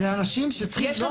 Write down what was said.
אלה אנשים שצריכים טיפול,